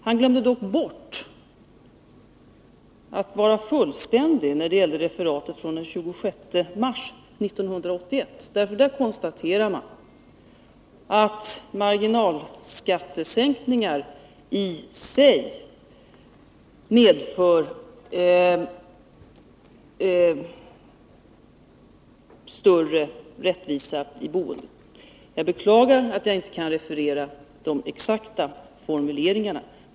Han glömde dock bort att vara fullständig när det gällde referatet från den 26 mars 1981. Där konstaterar man att marginalskattesänkningar i sig medför större rättvisa i boendet. Jag beklagar att jag inte kan referera de exakta formuleringarna.